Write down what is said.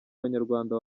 banyarwanda